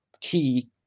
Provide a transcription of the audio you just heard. key